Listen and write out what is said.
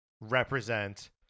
represent